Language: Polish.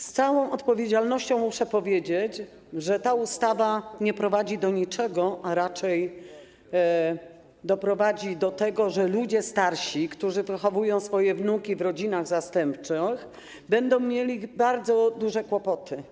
Z całą odpowiedzialnością muszę powiedzieć, że ta ustawa nie prowadzi do niczego, a raczej doprowadzi do tego, że ludzie starsi, którzy wychowują swoje wnuki w rodzinach zastępczych, będą mieli bardzo duże kłopoty.